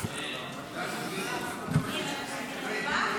יום שלם שחוץ מהחוק הזה,